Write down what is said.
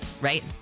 right